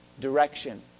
direction